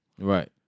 Right